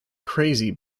crazy